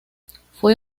fue